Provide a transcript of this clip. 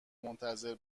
منتظر